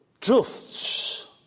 truths